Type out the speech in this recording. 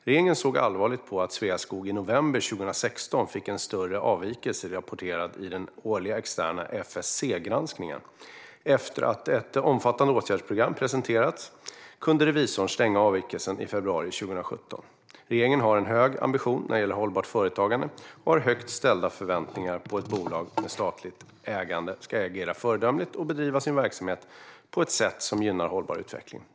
Regeringen såg allvarligt på att Sveaskog i november 2016 fick en större avvikelse rapporterad i den årliga externa FSC-granskningen . Efter att ett omfattande åtgärdsprogram presenterats kunde revisorn stänga avvikelsen i februari 2017. Regeringen har en hög ambition när det gäller hållbart företagande och har högt ställda förväntningar på att bolag med statligt ägande ska agera föredömligt och bedriva sin verksamhet på ett sätt som gynnar hållbar utveckling.